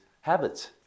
habits